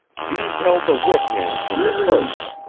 you've held the whip-hand from the first.